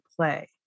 play